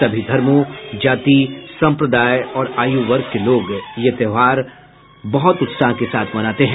सभी धर्मों जाति संप्रदाय और आयु वर्ग के लोग ये त्योहार बहुत उत्साह के साथ मनाते हैं